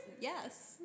yes